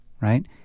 right